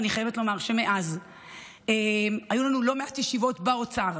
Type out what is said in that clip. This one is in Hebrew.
ואני חייבת לומר שמאז היו לנו לא מעט ישיבות באוצר,